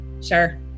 Sure